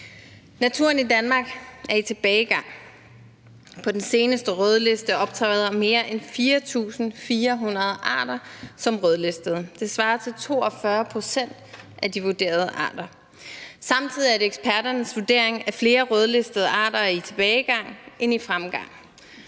Naturen i Danmark er i tilbagegang, og på den seneste rødliste optræder mere end 4.400 arter som rødlistede; det svarer til 42 pct. af de vurderede arter. Samtidig er det eksperternes vurdering, at flere rødlistede arter er i tilbagegang end i fremgang.